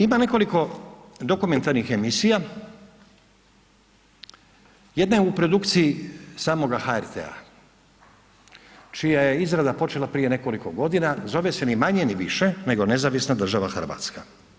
Ima nekoliko dokumentarnih emisija, jedna je u produkciji samoga HRT-a čija je izrada počela prije nekoliko godina, zove se ni manje ni više nego Nezavisna Država Hrvatska.